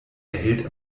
erhält